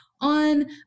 on